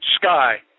sky